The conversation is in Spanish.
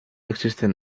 existen